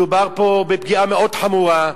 מדובר פה בפגיעה מאוד חמורה,